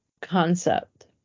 concept